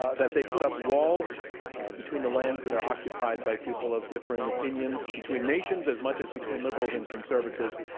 ah that they put up walls between the lands that are occupied by people of differing opinions, between nations as much as between liberals and conservatives.